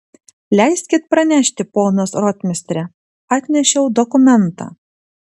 leiskit pranešti ponas rotmistre atnešiau dokumentą